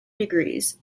degrees